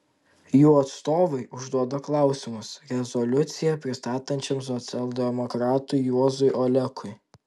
jų atstovai užduoda klausimus rezoliuciją pristatančiam socialdemokratui juozui olekui